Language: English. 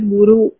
Guru